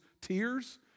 tears